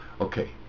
Okay